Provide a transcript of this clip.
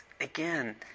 again